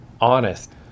honest